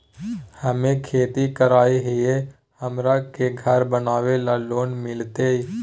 हमे खेती करई हियई, हमरा के घर बनावे ल लोन मिलतई?